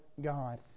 God